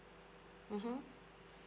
mmhmm